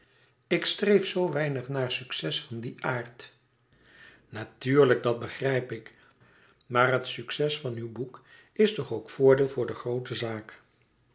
ik streef zoo weinig naar succes van dien aard natuurlijk dat begrijp ik maar het succes van uw boek is toch ook voordeel voor de groote zaak